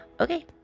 Okay